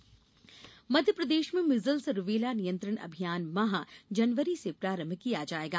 measles rubella Madhya Pradesh में measles rubella नियंत्रण अभियान माह जनवरी से प्रारंभ किया जायेगा